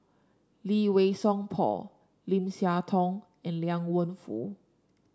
Lee Wei Song Paul Lim Siah Tong and Liang Wenfu